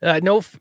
no